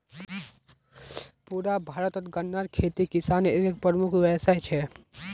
पुरा भारतत गन्नार खेती किसानेर एक प्रमुख व्यवसाय छे